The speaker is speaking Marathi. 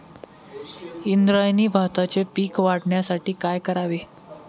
इंद्रायणी भाताचे पीक वाढण्यासाठी काय करावे?